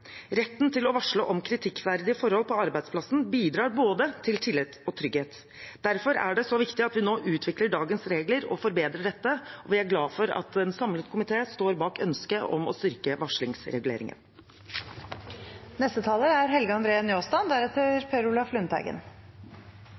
Retten til å varsle om kritikkverdige forhold på arbeidsplassen bidrar til både tillit og trygghet. Derfor er det så viktig at vi nå utvikler dagens regler og forbedrer dette, og vi er glad for at en samlet komité står bak ønsket om å styrke